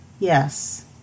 Yes